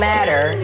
Matter